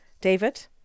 David